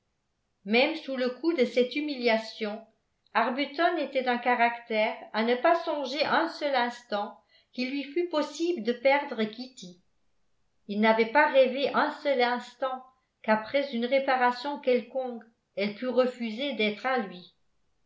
même sous le coup de cette humiliation arbuton était d'un caractère à ne pas songer un seul instant qu'il lui fût possible de perdre kitty il n'avait pas rêvé un seul instant qu'après une réparation quelconque elle pût refuser d'être à lui